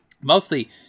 Mostly